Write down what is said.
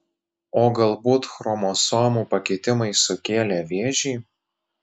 o galbūt chromosomų pakitimai sukėlė vėžį